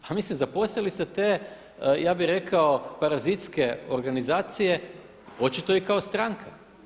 Pa mislim, zaposlili ste te ja bi rekao parazitske organizacije, očito i kao stranka.